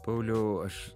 pauliau aš